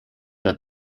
that